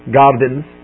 gardens